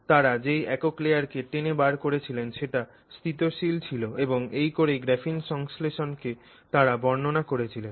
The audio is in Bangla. তারা যেই একক লেয়ার কে টেনে বার করেছিলেন সেটা স্তিতশীল ছিল এবং এই করেই গ্রাফিনের সংশ্লেষণ কে তারা বর্ণনা করেছিলেন